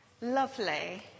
Lovely